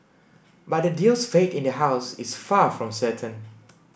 but the deal's fate in the house is far from certain